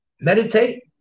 Meditate